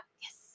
Yes